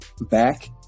back